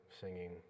singing